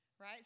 Right